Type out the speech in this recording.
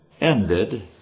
ended